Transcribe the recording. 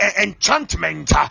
enchantment